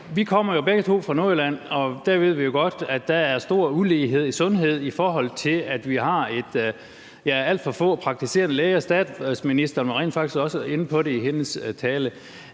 Vi kommer jo begge to fra Nordjylland, og der ved vi godt at der er stor ulighed i sundhed på den måde, at vi har alt for få praktiserende læger. Statsministeren var rent faktisk også inde på det i sin tale.